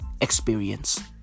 Experience